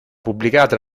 pubblicata